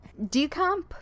decomp